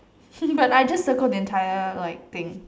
but I just circled the entire like thing